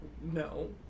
no